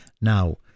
now